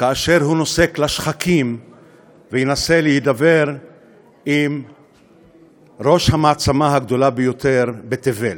כאשר הוא נוסק לשחקים וינסה להידבר עם ראש המעצמה הגדולה ביותר בתבל.